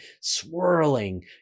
swirling